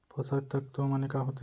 पोसक तत्व माने का होथे?